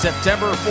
September